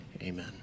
Amen